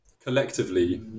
collectively